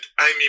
Amy